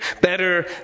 better